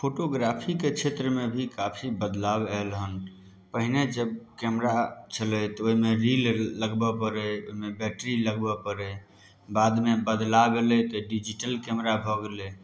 फोटोग्राफीके क्षेत्रमे भी काफी बदलाव आयल हन पहिने जब कैमरा छलय तऽ ओइमे रील लगबऽ पड़य ओइमे बैटरी लगबऽ पड़य बादमे बदलाव अयलै तऽ डिजिटल कैमरा भऽ गेलय